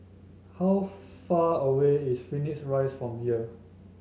how far away is Phoenix Rise from here